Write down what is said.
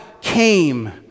came